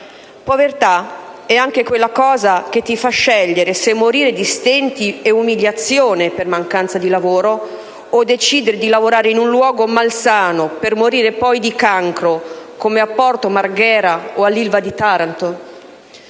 Povertà è anche quella cosa che ti fa scegliere se morire di stenti e umiliazione per mancanza di lavoro o decidere di lavorare in un luogo malsano, per morire poi di cancro, come a Porto Marghera o all'ILVA di Taranto.